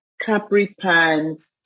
capri-pants